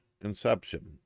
conception